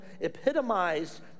epitomized